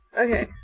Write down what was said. Okay